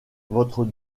votre